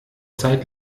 zeit